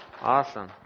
Awesome